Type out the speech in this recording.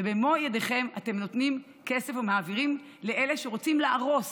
ובמו ידיכם אתם נותנים כסף ומעבירים לאלה שרוצים להרוס